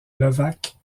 levaque